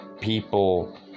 people